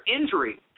injury